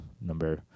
number